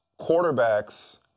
quarterbacks